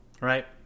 right